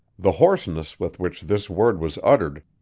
the hoarseness with which this word was uttered,